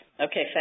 Okay